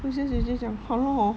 felilcia 姐姐讲 ha lor hor